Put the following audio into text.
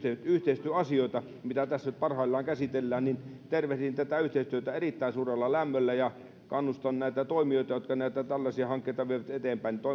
yhteistyöasioita mitä tässä nyt parhaillaan käsitellään tervehdin erittäin suurella lämmöllä ja kannustan näitä toimijoita jotka näitä tällaisia hankkeita vievät eteenpäin